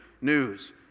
news